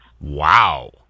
Wow